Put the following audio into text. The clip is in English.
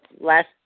last